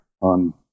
on